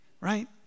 right